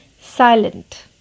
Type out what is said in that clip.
silent